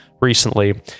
recently